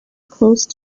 close